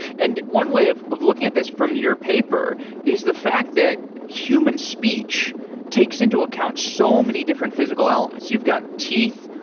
and one way of of looking at this from your paper is the fact that human speech takes into account so many different physical elements. you've got teeth,